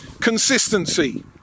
consistency